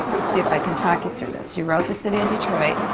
see if i can talk you through this. you wrote the city of detroit.